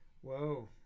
whoa